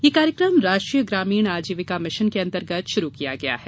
यह कार्यक्रम राष्ट्रीय ग्रामीण आजीविका मिशन के अंतर्गत शुरू किया गया है